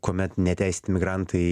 kuomet neteisėti migrantai